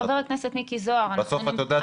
חבר הכנסת מיקי זוהר --- בסוף את יודעת